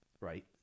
right